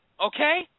Okay